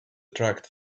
attract